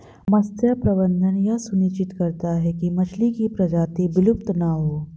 मत्स्य प्रबंधन यह सुनिश्चित करता है की मछली की प्रजाति विलुप्त ना हो